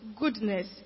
goodness